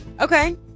Okay